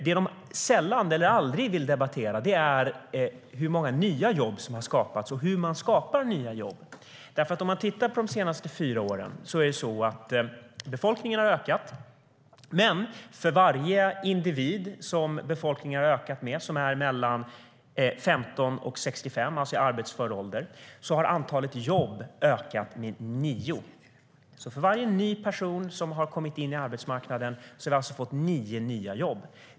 Det de sällan eller aldrig vill debattera är hur många nya jobb som har skapats och hur man skapar nya jobb. Man kan titta på de senaste fyra åren. Befolkningen har ökat. Men för varje individ som befolkningen har ökat med som är mellan 15 och 65 år, alltså i arbetsför ålder, har antalet jobb ökat med nio. För varje ny person som har kommit in på arbetsmarknaden har vi alltså fått nio nya jobb.